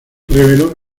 reveló